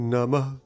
Namah